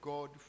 God